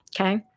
Okay